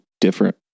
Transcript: different